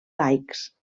laics